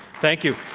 thank you.